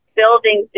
building